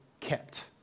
kept